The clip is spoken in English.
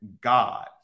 God